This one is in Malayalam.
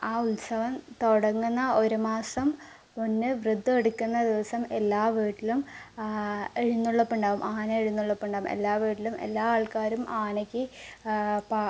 ആ ഉത്സവം തുടങ്ങുന്ന ഒരു മാസം മുന്നെ വ്രതം എടുക്കുന്ന ദിവസം എല്ലാ വീട്ടിലും എഴുന്നള്ളപ്പുണ്ടാകും ആന എഴുന്നള്ളപ്പുണ്ടാകും എല്ലാ വീട്ടിലും എല്ലാ ആൾക്കാരും ആനയ്ക്ക് പാ